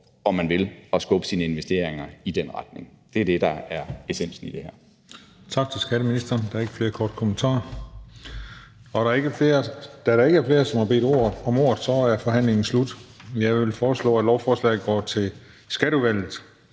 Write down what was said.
om man vil – at skubbe deres investeringer i den retning. Det er det, der er essensen i det her.